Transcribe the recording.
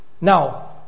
Now